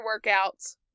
workouts